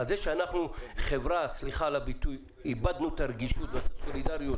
אנחנו חברה סליחה על הביטוי - שאיבדנו את הרגישות ואת הסולידריות,